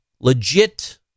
Legit